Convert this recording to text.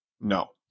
No